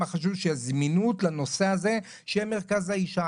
חשוב שתהיה זמינות לנושא הזה של מרכז האישה.